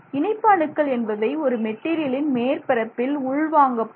இணைப்பு அணுக்கள் என்பவை ஒரு மெட்டீரியலின் மேற்பரப்பில் உள்வாங்கப்படும்